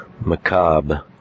macabre